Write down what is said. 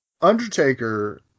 Undertaker